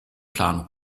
plan